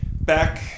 back